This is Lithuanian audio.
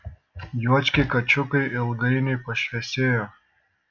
juočkiai kačiukai ilgainiui pašviesėjo